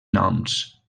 noms